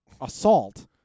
Assault